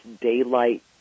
daylight